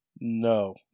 No